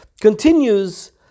Continues